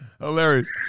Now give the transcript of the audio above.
Hilarious